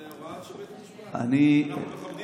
זו הוראה של בית המשפט ואנחנו מכבדים אותה.